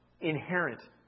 inherent